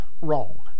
wrong